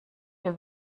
wir